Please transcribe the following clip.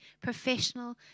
professional